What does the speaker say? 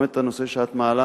גם את הנושא שאת מעלה